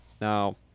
Now